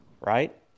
right